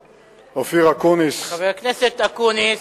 חבר הכנסת אקוניס,